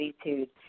attitude